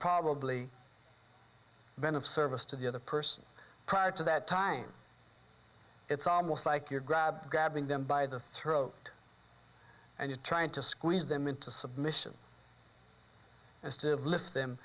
probably been of service to the other person prior to that time it's almost like you're grabbed grabbing them by the throat and you're trying to squeeze them into submission as to lift them